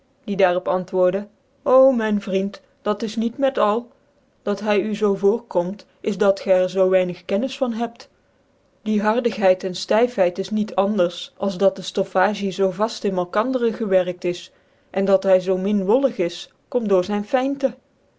die daar op antwoordc ö myn vriend dat is niet niet al dat hy u zoo voorkomt is dat gy er zoo weinig kennis van hebt die hardigheid en ftyfhcid is niet anders als dat de ftoffagic zoo vaft in malkandcrcn gewerkt is en dat hy zoo min wollig is komt door zyn iynte